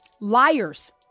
Liars